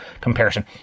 comparison